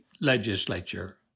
legislature